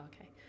okay